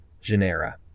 genera